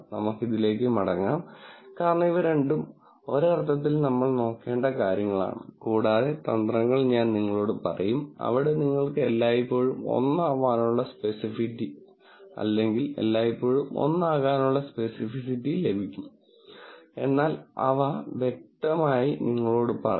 നമുക്ക് ഇതിലേക്ക് മടങ്ങാം കാരണം ഇവ രണ്ടും ഒരർത്ഥത്തിൽ നമ്മൾ നോക്കേണ്ട കാര്യങ്ങളാണ് കൂടാതെ തന്ത്രങ്ങൾ ഞാൻ നിങ്ങളോട് പറയും അവിടെ നിങ്ങൾക്ക് എല്ലായ്പ്പോഴും 1 ആവാനുള്ള സെൻസിറ്റിവിറ്റി അല്ലെങ്കിൽ എല്ലായ്പ്പോഴും 1 ആകാനുള്ള സ്പെസിഫിസിറ്റി ലഭിക്കും എന്നാൽ അവ വ്യക്തമായി നിങ്ങളോട് പറയും